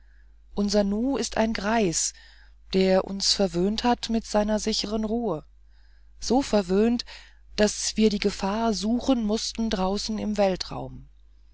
unser nu ist ein greis der uns verwöhnt hat in seiner sicheren ruhe so verwöhnt daß wir die gefahr suchen mußten draußen im weltraum